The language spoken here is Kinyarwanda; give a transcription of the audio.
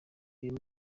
uyu